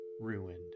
ruined